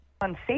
Unsafe